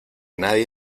nadie